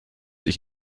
ich